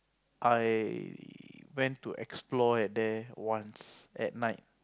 I went to explore at there once at night